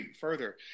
further